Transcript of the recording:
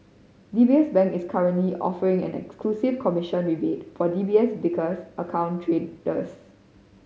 D B S Bank is currently offering an exclusive commission rebate for D B S Vickers account traders